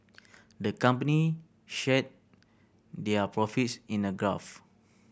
the company share their profits in a graph